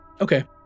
Okay